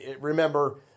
remember